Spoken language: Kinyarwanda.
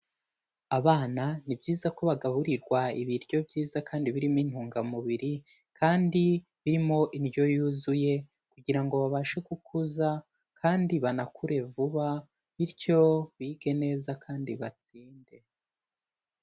Abana ni byiza ko bagaburirwa ibiryo byiza kandi birimo intungamubiri, kandi birimo indyo yuzuye, kugira ngo babashe gukuza, kandi banakure vuba bityo bige neza kandi batsinde.